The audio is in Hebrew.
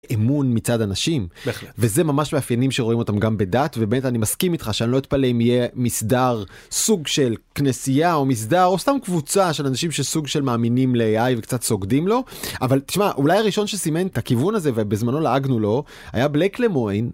אמון מצד אנשים, וזה ממש מאפיינים שרואים אותם גם בדת, ובאמת אני מסכים איתך שאני לא אתפלא אם יהיה מסדר, סוג של כנסייה או מסדר, או סתם קבוצה של אנשים של סוג של מאמינים ל-AI וקצת סוגדים לו, אבל תשמע, אולי הראשון שסימן את הכיוון הזה ובזמנו לעגנו לו היה בלק למויין.